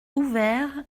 ouvert